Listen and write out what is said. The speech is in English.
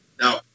No